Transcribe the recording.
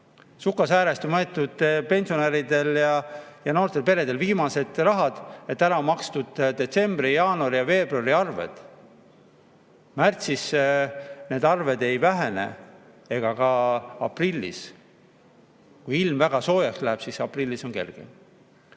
Sukasäärest on võetud pensionäridel ja noortel peredel viimane raha, et ära maksta detsembri, jaanuari ja veebruari arved. Märtsis need arved ei vähene ega ka mitte aprillis. Kui ilm väga soojaks läheb, siis aprillis on kergem.